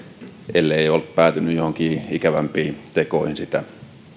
elleivät ole päätyneet joihinkin ikävämpiin tekoihin sitä